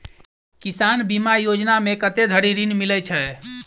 किसान बीमा योजना मे कत्ते धरि ऋण मिलय छै?